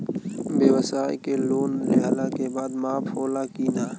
ब्यवसाय के लोन लेहला के बाद माफ़ होला की ना?